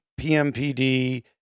PMPD